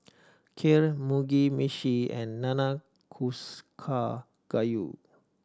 Kheer Mugi Meshi and Nanakusa Gayu